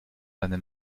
seine